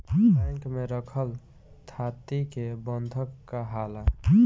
bank में रखल थाती के बंधक काहाला